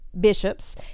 bishops